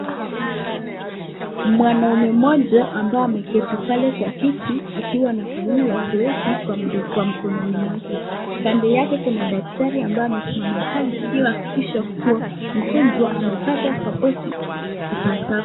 Mwanaume mmoja ambaye ameketi pale kwa kiti akiwa anafanyiwa zoezi kwa mkononi mwake, kando yake kuna daktari ambaye amesimama pale ili kuhakikisha kuwa mgonjwa amepata sapoti ipasavyo.